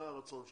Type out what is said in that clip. זה הרצון שלך.